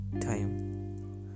time